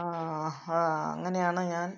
അങ്ങനെയാണ് ഞാൻ